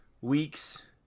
weeks